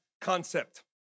concept